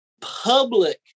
public